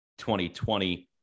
2020